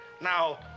Now